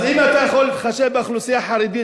אז אם אתה יכול להתחשב באוכלוסייה החרדית,